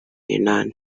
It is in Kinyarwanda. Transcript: inani